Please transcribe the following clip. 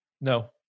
No